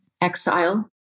Exile